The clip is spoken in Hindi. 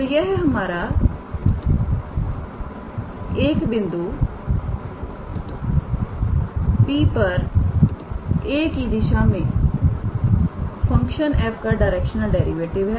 तोयह हमारा एक बिंदु P पर 𝑎̂ की दिशा में फंक्शन f का डायरेक्शनल डेरिवेटिव है